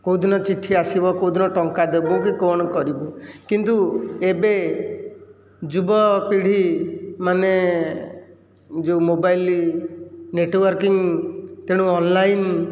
କେଉଁ ଦିନ ଚିଠି ଆସିବ କେଉଁ ଦିନ ଟଙ୍କା ଦେବୁ କି କଣ କରିବୁ କିନ୍ତୁ ଏବେ ଯୁବପିଢ଼ୀ ମାନେ ଯେଉଁ ମୋବାଇଲ ନେଟୱାରକିଂ ତେଣୁ ଅନ୍ଲାଇନ୍